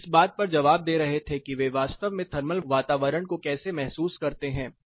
लोग इस बात पर जवाब दे रहे थे कि वे वास्तव में थर्मल वातावरण को कैसे महसूस करते हैं